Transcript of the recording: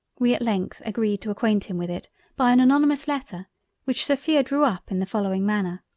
we at length agreed to acquaint him with it by an anonymous letter which sophia drew up in the following manner.